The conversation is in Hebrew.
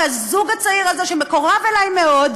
והזוג הצעיר הזה, שמקורב אלי מאוד,